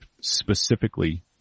specifically